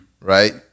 right